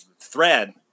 thread